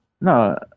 No